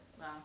Wow